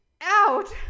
out